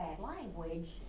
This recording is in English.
language